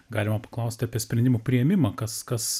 galima paklausti apie sprendimų priėmimą kas kas